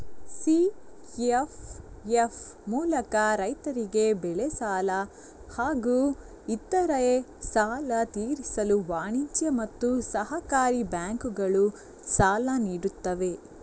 CFF ಮೂಲಕ ರೈತರಿಗೆ ಬೆಳೆ ಸಾಲ ಹಾಗೂ ಇತರೆ ಸಾಲ ತೀರಿಸಲು ವಾಣಿಜ್ಯ ಮತ್ತು ಸಹಕಾರಿ ಬ್ಯಾಂಕುಗಳು ಸಾಲ ನೀಡುತ್ತವೆ